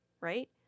Right